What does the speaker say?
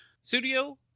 studio